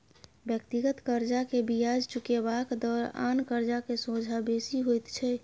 व्यक्तिगत कर्जा के बियाज चुकेबाक दर आन कर्जा के सोंझा बेसी होइत छै